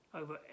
over